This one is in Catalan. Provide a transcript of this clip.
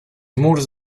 murs